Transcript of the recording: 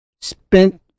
Spent